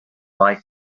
like